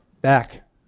back